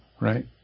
right